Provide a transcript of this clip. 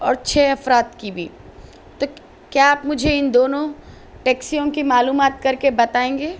اور چھ افراد کی بھی تو کیا آپ مجھے ان دونوں ٹیکسیوں کی معلومات کر کے بتائیں گے